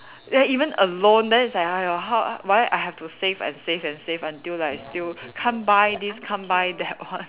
ya even alone then it's like !aiyo! how why I have to save and save and save until like still can't buy this can't buy that one